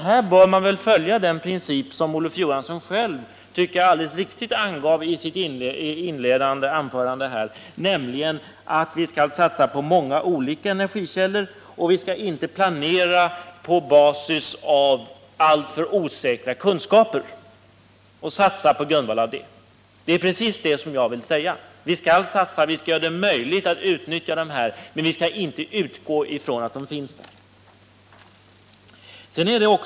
Här bör man väl följa den princip som Olof Johansson själv alldeles riktigt, tycker jag, angav i sitt inledande anförande, nämligen att vi skall satsa på många olika energikällor och inte planera på basis av alltför osäkra kunskaper och satsa på grundval av dem. Det är precis vad jag vill säga. Vi skall alltså satsa på olika nya energikällor, men vi skall inte i vår planering utgå från att de finns där.